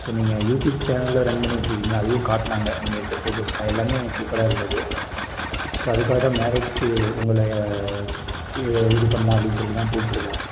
so நீங்கள் YouTube சேனலும் run பண்ணிவிட்டு இருக்கீங்களா அதுவும் காட்டினாங்க நீங்கள் எடுத்த ஃபோட்டோஸுலாம் எல்லாமே சூப்பராக இருந்தது ஸோ அதுக்காக தான் மேரேஜுக்கு உங்களை இ இது பண்ணலாம் அப்படின்னு சொல்லிட்டு தான் கூப்பிட்ருக்கேன்